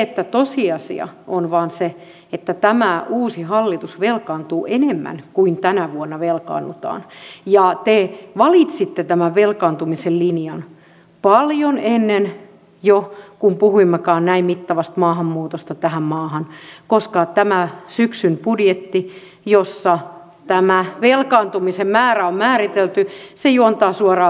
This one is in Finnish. mutta tosiasia on vain se että tämä uusi hallitus velkaantuu enemmän kuin tänä vuonna velkaannutaan ja te valitsitte tämän velkaantumisen linjan paljon ennen jo kuin puhuimmekaan näin mittavasta maahanmuutosta tähän maahan koska tämän syksyn budjetti jossa tämä velkaantumisen määrä on määritelty juontaa suoraan hallitusohjelmasta